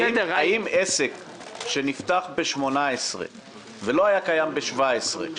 האם בדקתם גם עסק שנפתח ב-2018 ולא היה קיים ב-2017?